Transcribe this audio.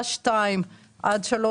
9 7